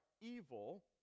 evil